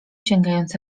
sięgając